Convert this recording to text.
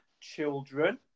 children